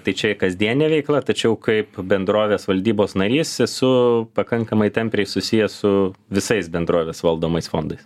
tai čia kasdienė veikla tačiau kaip bendrovės valdybos narys esu pakankamai tampriai susijęs su visais bendrovės valdomais fondais